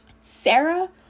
sarah